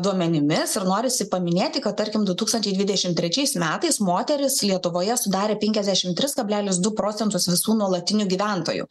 duomenimis ir norisi paminėti kad tarkim du tūkstančiai dvidešimt trečiais metais moterys lietuvoje sudarė penkiasdešimt tris kablelis du procentus visų nuolatinių gyventojų